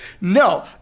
No